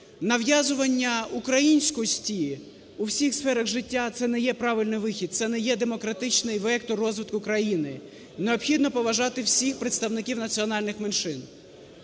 Нав'язування українськості у всіх сферах життя – це не є правильний вихід, це не є демократичний вектор розвитку країни. Необхідно поважати всіх представників національних меншин,